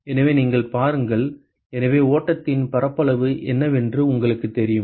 எனவே நீங்கள் பாருங்கள் எனவே ஓட்டத்தின் பரப்பளவு என்னவென்று உங்களுக்குத் தெரியும்